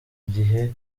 igihe